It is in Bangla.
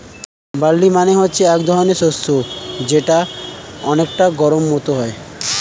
বার্লি মানে হচ্ছে এক ধরনের শস্য যেটা অনেকটা গমের মত হয়